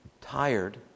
tired